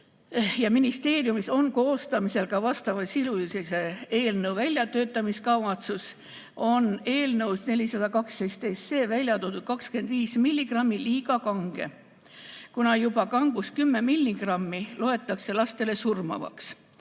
ja ministeeriumis on koostamisel ka vastavasisulise eelnõu väljatöötamiskavatsus, on eelnõus 412 välja toodud 25 milligrammi liiga kange, kuna juba kangus 10 milligrammi loetakse lastele surmavaks.